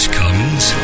comes